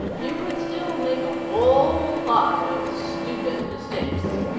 you could still make a whole lot of stupid mistakes.